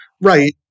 right